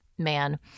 man